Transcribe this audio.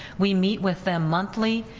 we meet with them monthly,